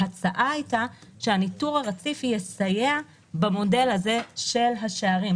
ההצעה הייתה שהניטור הרציף יסייע במודל הזה של השערים,